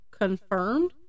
confirmed